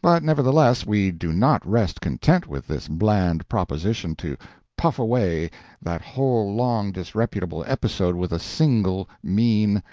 but, nevertheless, we do not rest content with this bland proposition to puff away that whole long disreputable episode with a single mean,